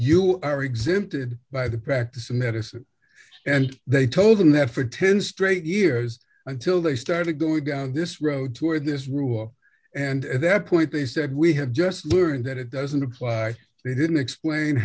you are exempted by the practice of medicine and they told them that for ten straight years until they started going down this road toward this rule and at that point they said we have just learned that it doesn't apply they didn't explain